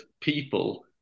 people